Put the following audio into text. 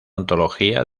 antología